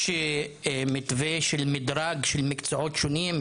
יש מתווה של מדרג של מקצועות שונים,